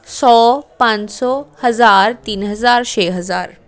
ਸੌ ਪੰਜ ਸੌ ਹਜ਼ਾਰ ਤਿੰਨ ਹਜ਼ਾਰ ਛੇ ਹਜ਼ਾਰ